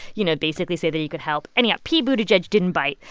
you know, basically say that he could help. anyhow, pete buttigieg didn't bite.